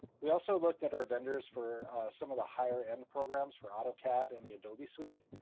we also looked at our vendors for some of the higher-end programs for autocad and the adobe suite.